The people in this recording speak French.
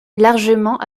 largement